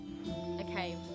Okay